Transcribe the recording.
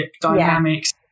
dynamics